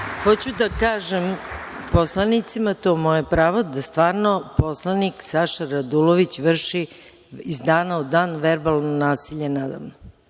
Hoću da kažem poslanicima, to je moje pravo, da stvarno, poslanik, Saša Radulović vrši iz dana u dan verbalno nasilje nadamnom.